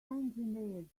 engineered